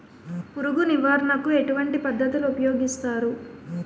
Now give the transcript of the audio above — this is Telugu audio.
పురుగు నివారణ కు ఎటువంటి పద్ధతులు ఊపయోగిస్తారు?